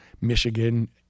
Michigan